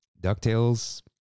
DuckTales